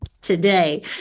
today